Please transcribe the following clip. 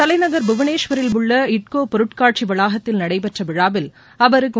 தலைநகர் புவனேஸ்வரில் உள்ள இட்கோ பொருட்காட்சி வளாகத்தில் நடைபெற்ற விழாவில் அவருக்கு